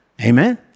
amen